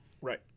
Right